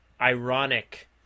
ironic